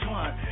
one